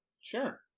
Sure